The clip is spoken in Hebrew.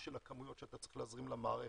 של הכמויות שאתה צריך להזרים למערכת.